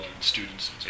students